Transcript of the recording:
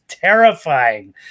terrifying